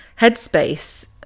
headspace